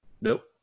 Nope